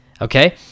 okay